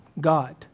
God